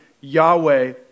Yahweh